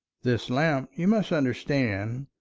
this lamp, you must understand,